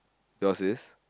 Yours is